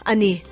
Ani